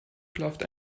klafft